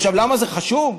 למה זה חשוב?